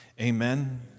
amen